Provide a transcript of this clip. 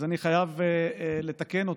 אז אני חייב לתקן אותו,